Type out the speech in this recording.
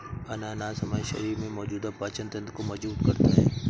अनानास हमारे शरीर में मौजूद पाचन तंत्र को मजबूत करता है